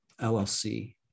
LLC